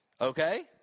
Okay